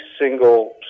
single